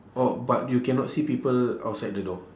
oh but you cannot see people outside the door